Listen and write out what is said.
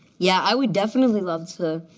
yeah, i would definitely love to